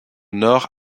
nord